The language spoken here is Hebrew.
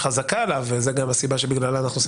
חזקה על אדם וזו גם הסיבה שבגללה אנחנו עושים